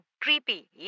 creepy